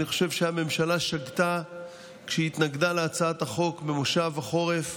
אני חושב שהממשלה שגתה כשהיא התנגדה להצעת החוק במושב החורף,